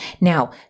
Now